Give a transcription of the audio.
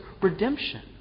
Redemption